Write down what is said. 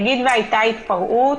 נניח שהייתה התפרעות,